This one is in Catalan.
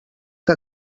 que